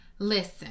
Listen